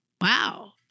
wow